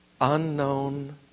unknown